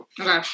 Okay